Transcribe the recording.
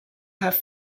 have